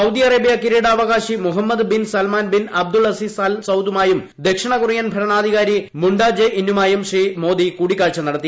Saudi Arabia കിരീടാവകാശി Mohammed bin Salman bin Abdul Aziz Al സൌദുമായും ദക്ഷണികൊ റിയൻ ഭരണാധികാരി മൂണ്ഡ ജെ ഇന്നുമായും ശ്രീ മോദി കൂടിക്കാഴ്ച നടത്തി